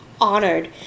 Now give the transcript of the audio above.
honored